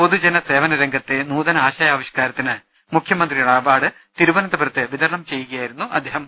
പൊതുജന സേവന രംഗത്തെ നൂതന ആശയാവിഷ്കാരത്തിന് മുഖ്യമന്ത്രിയുടെ അവാർഡ് തിരുവനന്തപുരത്ത് വിതരണം ചെയ്യുകയായിരുന്നു അദ്ദേഹം